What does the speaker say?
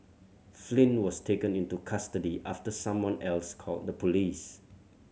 Flynn was taken into custody after someone else called the police